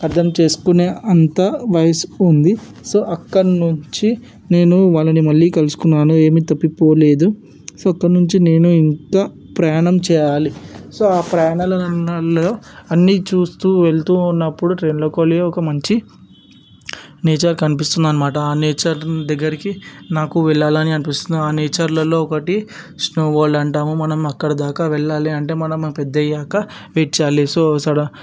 అర్థం చేసుకునే అంత వయసు ఉంది సో అక్కడి నుంచి నేను వాళ్ళని మళ్ళీ కలుసుకున్నాను ఏమి తప్పిపోలేదు సో అక్కడ నుంచి నేను ఇంకా ప్రయాణం చేయాలి సో ఆ ప్రయాణాలలో అన్నీ చూస్తూ వెళుతూ ఉన్నప్పుడు ట్రైన్లోకెళ్ళి ఒక మంచి నేచర్ కనిపిస్తుంది అన్నమాట ఆ నేచర్ దగ్గరికి నాకు వెళ్ళాలని అనిపిస్తుంది ఆ నేచర్లలో ఒకటి స్నో వల్డ్ అంటాము మనం అక్కడ దాక వెళ్ళాలి అంటే మనం పెద్దయ్యాక వెయిట్ చేయాలి సో సడన్